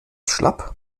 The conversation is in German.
schlapp